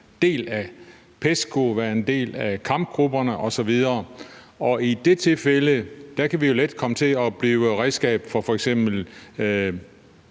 del af PESCO, være en del af kampgrupperne osv. Og i det tilfælde kan vi jo lidt komme til at blive et redskab for f.eks.